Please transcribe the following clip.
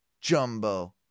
jumbo